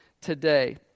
today